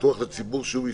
פתוח לציבור שהוא עסקי.